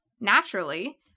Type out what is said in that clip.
Naturally